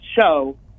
show